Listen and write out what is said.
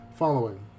following